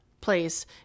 place